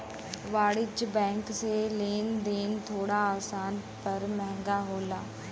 वाणिज्यिक बैंक से लेन देन थोड़ा आसान पर महंगा होला